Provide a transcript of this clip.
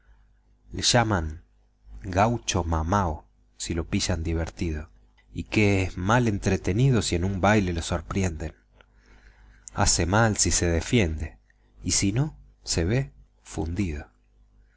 le llaman gaucho mamao si lo pillan divertido y que es mal entretenido si en un baile lo sorprienden hace mal si se defiende y si no se ve fundido